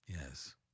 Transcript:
Yes